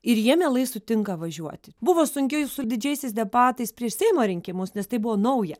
ir jie mielai sutinka važiuoti buvo sunkiau su didžiaisiais debatais prieš seimo rinkimus nes tai buvo nauja